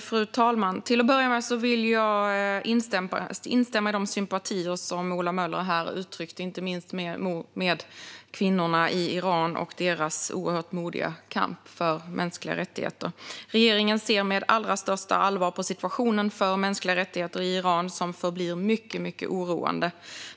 Fru talman! Till att börja med vill jag instämma i de sympatier som Ola Möller uttryckte för inte minst kvinnorna i Iran och deras oerhört modiga kamp för mänskliga rättigheter. Regeringen ser med allra största allvar på situationen för mänskliga rättigheter i Iran som förblir mycket oroande.